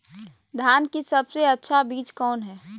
धान की सबसे अच्छा बीज कौन है?